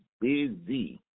busy